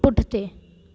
पुठिते